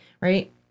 Right